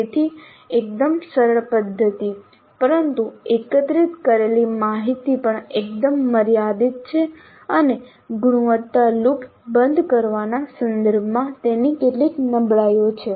તેથી એકદમ સરળ પદ્ધતિ પરંતુ એકત્રિત કરેલી માહિતી પણ એકદમ મર્યાદિત છે અને ગુણવત્તા લૂપ બંધ કરવાના સંદર્ભમાં તેની કેટલીક નબળાઈઓ છે